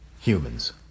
humans